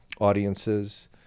audiences